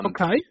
Okay